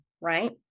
right